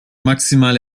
maximal